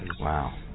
Wow